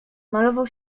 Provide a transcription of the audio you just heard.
malował